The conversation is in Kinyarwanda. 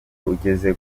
ugeze